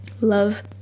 Love